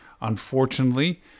Unfortunately